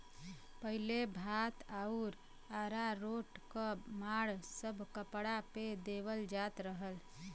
पहिले भात आउर अरारोट क माड़ सब कपड़ा पे देवल जात रहल